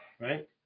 right